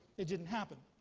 it didn't happen.